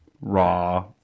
raw